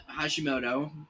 Hashimoto